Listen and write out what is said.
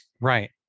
Right